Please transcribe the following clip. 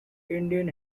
indian